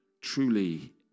truly